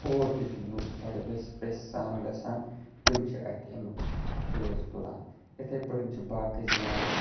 اور تہِ چھِ لوٗکھ بَڑٕ یژھہِ پژھہِ سان گژھان تِم چھِ اَتہِ اَمیٛک فیض تُلان یِتھٔے پٲٹھۍ چھِ باقٕے زِیارتہٕ